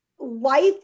life